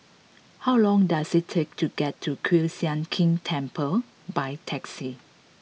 how long does it take to get to Kiew Sian King Temple by taxi